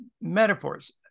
metaphors